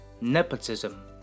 Nepotism